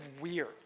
weird